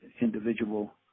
individual